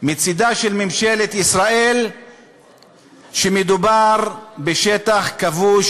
מצדה של ממשלת ישראל שמדובר בשטח כבוש,